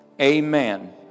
Amen